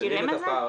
מצמצמים את הפער